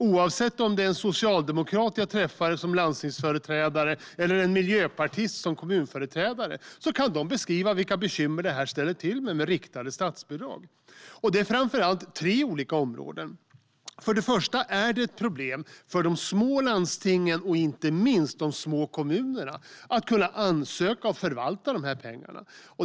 Oavsett om jag träffar en socialdemokratisk landstingsföreträdare eller miljöpartistisk kommunföreträdare kan de beskriva vilka bekymmer riktade statsbidrag ställer till med. Det handlar om tre områden. Det första området är att det är ett problem för de små landstingen och inte minst de små kommunerna att ansöka om och förvalta pengarna.